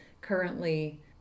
currently